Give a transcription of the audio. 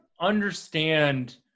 understand